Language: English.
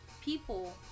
people